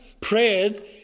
prayed